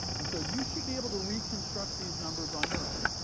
and so you should be able to reconstruct these numbers on your own.